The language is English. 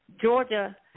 Georgia